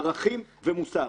ערכים ומוסר.